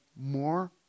more